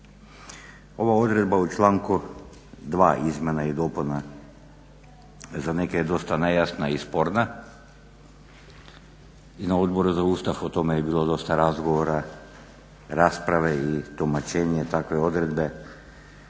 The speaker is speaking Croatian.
Ova odredba u članku 2.izmjena i dopuna za neke je dosta nejasna i sporna i na Odboru za Ustav o tome je bilo dosta razgovora, rasprave i tumačenja takve odredbe,